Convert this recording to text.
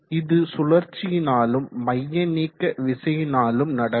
இது சுழற்சியினாலும் மைய நீக்க விசையினாலும் நடக்கும்